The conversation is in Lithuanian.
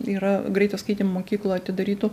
yra greitojo skaitymo mokyklų atidarytų